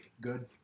Good